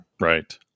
Right